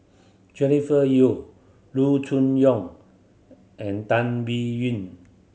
Jennifer Yeo Loo Choon Yong and Tan Biyun